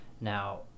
now